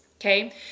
Okay